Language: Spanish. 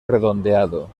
redondeado